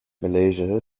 malaysia